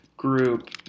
group